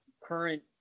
current